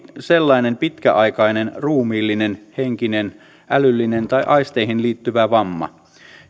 sellainen pitkäaikainen ruumiillinen henkinen älyllinen tai aisteihin liittyvä vamma